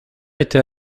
était